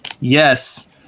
Yes